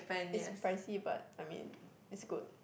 is pricey but I mean it's good